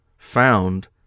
found